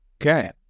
okay